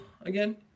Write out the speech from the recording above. again